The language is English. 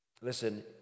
Listen